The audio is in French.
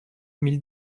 mille